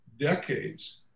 decades